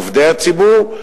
מעובדי הציבור,